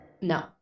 No